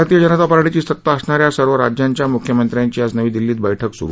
भारतीय जनता पार्टीची सत्ता असणा या सर्व राज्यांच्या मुख्यमंत्र्यांची आज नवी दिल्लीत बैठक झाली